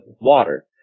water